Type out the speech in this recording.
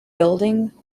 building